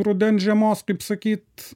rudens žiemos kaip sakyt